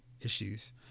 issues